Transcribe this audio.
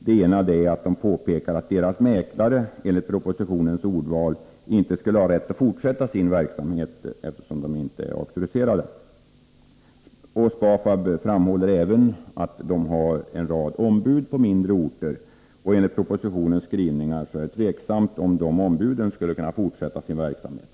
Deras mäklare skulle enligt propositionens skrivning inte ha rätt att fortsätta sin verksamhet, eftersom de inte är auktoriserade. SPAFAB framhåller även att man har en rad ombud på mindre orter. Med propositionens skrivningar är det tvivelaktigt om dessa ombud skulle kunna fortsätta sin verksamhet.